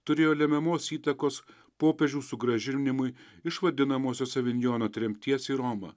turėjo lemiamos įtakos popiežių sugrąžinimui iš vadinamosios avinjono tremties į romą